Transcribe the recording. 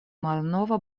malnova